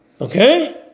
Okay